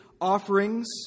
offerings